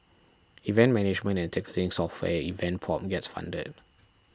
event management and ticketing software Event Pop gets funded